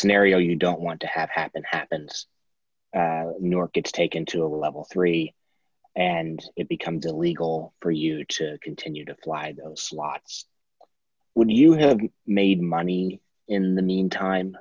scenario you don't want to have happen happens new york gets taken to a level three and it becomes illegal for you to continue to apply those slots when you have made money in the meantime